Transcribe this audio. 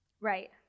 right